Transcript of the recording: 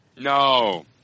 No